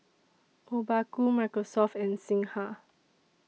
Obaku Microsoft and Singha